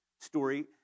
story